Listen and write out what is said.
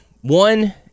one